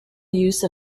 use